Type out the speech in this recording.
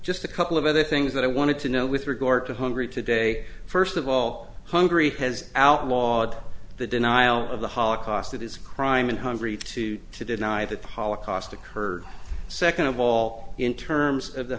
just a couple of other things that i wanted to know with regard to hungary today first of all hungary has outlawed the denial of the holocaust it is crime in hungary to to deny the polock cost the kurds second of all in terms of the